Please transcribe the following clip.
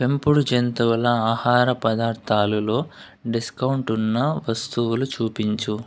పెంపుడు జంతువుల ఆహార పదార్థాలులో డిస్కౌంట్ ఉన్న వస్తువులు చూపించు